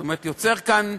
זאת אומרת, נוצר כאן,